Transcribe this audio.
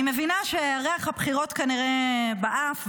אני מבינה שריח הבחירות כנראה באף,